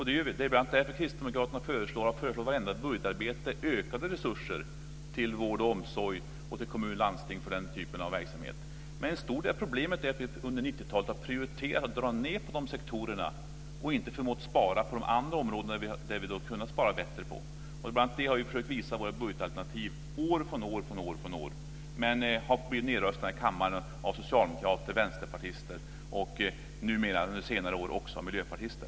Det är bl.a. därför som vi kristdemokrater i samband med vartenda budgetarbete har föreslagit ökade resurser till vård och omsorg och till kommuner och landsting för den typen av verksamhet. En stor del av problemet är att vi under 90-talet har prioriterat att dra ned inom de här sektorerna och att vi inte har förmått spara på andra områden där vi hade kunnat spara bättre. Bl.a. detta har vi år efter år i våra budgetalternativ försökt att visa på men vi har blivit nedröstade här i kammaren av socialdemokrater och vänsterpartister samt, under senare år, också av miljöpartister.